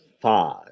five